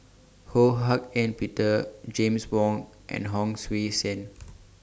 Ho Hak Ean Peter James Wong and Hon Sui Sen